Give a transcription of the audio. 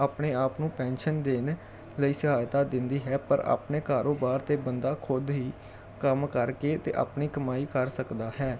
ਆਪਣੇ ਆਪ ਨੂੰ ਪੈਨਸ਼ਨ ਦੇਣ ਲਈ ਸਹਾਇਤਾ ਦਿੰਦੀ ਹੈ ਪਰ ਆਪਣੇ ਕਾਰੋਬਾਰ 'ਤੇ ਬੰਦਾ ਖੁਦ ਹੀ ਕੰਮ ਕਰਕੇ ਅਤੇ ਆਪਣੀ ਕਮਾਈ ਕਰ ਸਕਦਾ ਹੈ